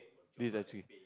this actually